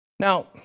Now